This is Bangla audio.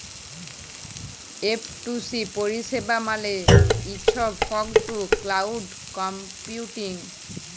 এফটুসি পরিষেবা মালে হছ ফগ টু ক্লাউড কম্পিউটিং